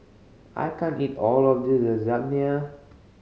I can't eat all of this Lasagna